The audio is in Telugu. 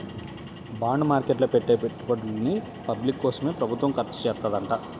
బాండ్ మార్కెట్ లో పెట్టే పెట్టుబడుల్ని పబ్లిక్ కోసమే ప్రభుత్వం ఖర్చుచేత్తదంట